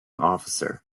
officer